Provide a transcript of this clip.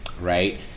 right